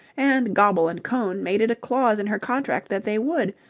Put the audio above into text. and goble and cohn made it a clause in her contract that they would,